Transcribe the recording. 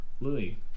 Louis